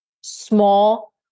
small